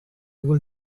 will